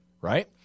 right